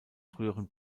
früheren